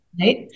Right